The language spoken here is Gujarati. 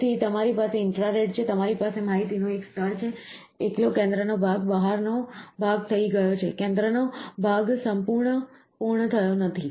તેથી તમારી પાસે ઇન્ફ્રારેડ છે તમારી પાસે માહિતીનો એક સ્તર છે એકલો કેન્દ્રનો ભાગ બહારનો ભાગ થઈ ગયો છે કેન્દ્રનો ભાગ પૂર્ણ થયો નથી